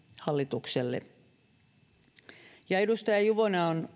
hallitukselle edustaja juvonen on